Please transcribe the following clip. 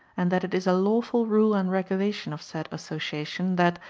and that it is a lawful rule and regulation of said association that,